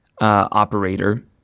operator